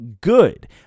good